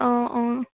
অঁ অঁ